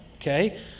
Okay